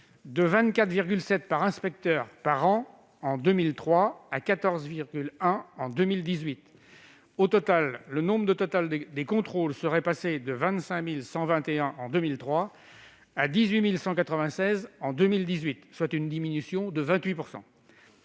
de 24,7 par inspecteur et par an en 2003 à 14,1 en 2018. Le nombre total de contrôles serait ainsi « passé de 25 121 en 2003 à 18 196 en 2018, soit une diminution de 28